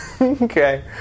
Okay